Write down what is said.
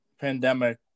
pandemic